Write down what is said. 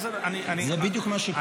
זה בדיוק מה שקורה.